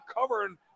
covering